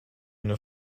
une